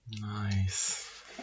Nice